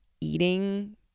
eating